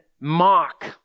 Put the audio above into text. mock